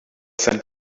sent